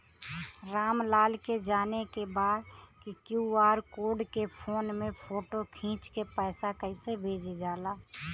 राम लाल के जाने के बा की क्यू.आर कोड के फोन में फोटो खींच के पैसा कैसे भेजे जाला?